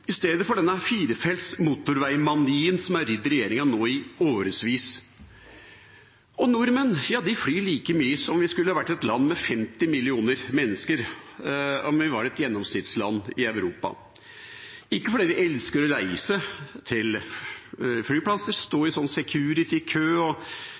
denne firefelts motorveimanien som har ridd regjeringa i årevis? Nordmenn flyr like mye som om vi skulle vært et land med 50 millioner mennesker, om vi var et gjennomsnittsland i Europa. Det er ikke fordi vi elsker å reise til flyplasser, stå i «security»-kø og